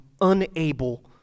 unable